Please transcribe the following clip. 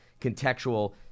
contextual